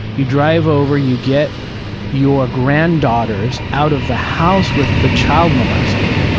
you drive over, you get your granddaughters out of the house with the child molester.